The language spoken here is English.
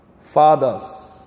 fathers